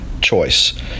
choice